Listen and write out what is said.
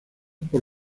por